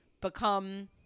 become